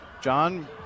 John